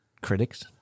critics